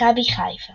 מכבי חיפה